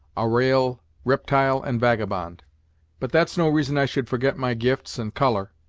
a ra'al riptyle and vagabond but that's no reason i should forget my gifts and color.